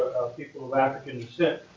people african descent,